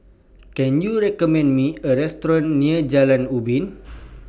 Can YOU recommend Me A Restaurant near Jalan Ubin